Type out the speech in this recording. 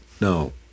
no